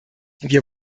wir